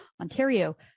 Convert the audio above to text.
Ontario